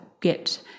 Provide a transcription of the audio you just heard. get